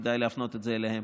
וכדאי להפנות את זה אליהם.